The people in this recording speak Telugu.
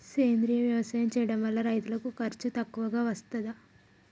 సేంద్రీయ వ్యవసాయం చేయడం వల్ల రైతులకు ఖర్చు తక్కువగా వస్తదా?